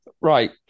Right